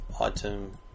item